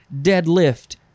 Deadlift